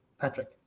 Patrick